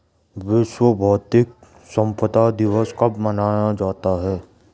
विश्व बौद्धिक संपदा दिवस कब मनाया जाता है?